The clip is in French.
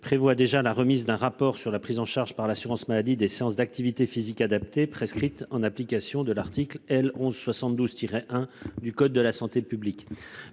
prévoit déjà la remise d'un rapport sur la prise en charge par l'assurance maladie, des séances d'activité physique adaptée prescrite en application de l'article L. 11 72 Tiret 1 du code de la santé publique.